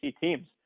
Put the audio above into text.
teams